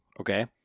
okay